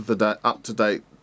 up-to-date